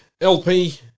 LP